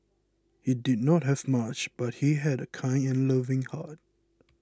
he did not have much but he had a kind and loving heart